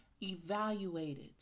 evaluated